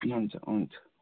हुन्छ हुन्छ